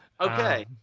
Okay